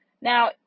Now